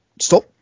stop